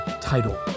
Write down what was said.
title